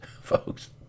folks